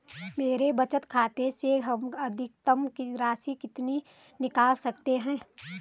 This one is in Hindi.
मेरे बचत खाते से हम अधिकतम राशि कितनी निकाल सकते हैं?